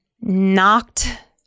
knocked